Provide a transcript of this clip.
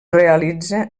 realitza